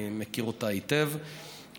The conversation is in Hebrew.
אני מכיר אותה היטב,